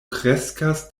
kreskas